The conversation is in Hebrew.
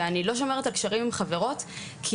ואני לא שומרת על קשרים עם חברות כי